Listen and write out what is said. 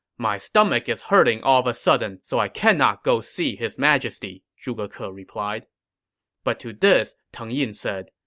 my stomach is hurting all of a sudden, so i cannot go see his majesty, zhuge ke ah replied but to this, teng yin said,